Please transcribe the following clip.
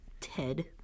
ted